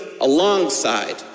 alongside